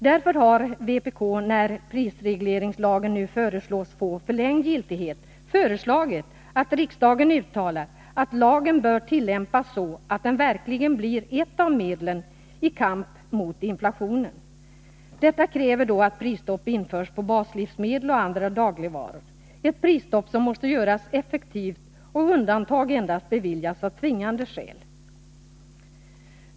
Därför har vpk, när nu prisregleringslagen föreslås få förlängd giltighet, föreslagit att riksdagen uttalar att lagen bör tillämpas så att den verkligen blir ett av medlen i kampen mot inflationen. Detta kräver att prisstopp införs på baslivsmedel och andra dagligvaror, ett prisstopp som måste göras effektivt och där undantag endast beviljas av helt tvingande skäl.